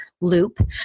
loop